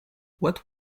what